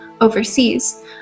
overseas